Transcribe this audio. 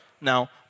Now